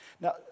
Now